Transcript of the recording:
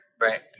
right